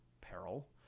peril